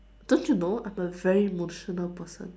don't you know I'm a very emotional person